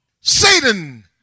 Satan